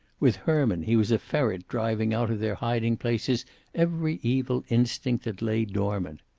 with herman he was a ferret driving out of their hiding-places every evil instinct that lay dormant.